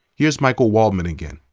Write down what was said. here's michael waldman again.